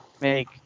make